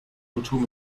kultur